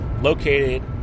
located